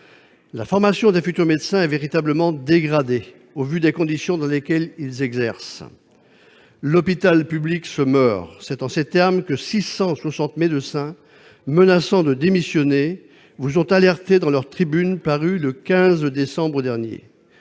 La formation des futurs médecins est véritablement dégradée au vu des conditions dans lesquelles ils exercent. « L'hôpital public se meurt »: c'est en ces termes que 660 médecins, menaçant de démissionner, vous ont alertée dans leur tribune parue le 15 décembre dernier,